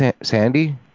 Sandy